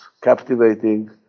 captivating